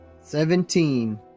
Seventeen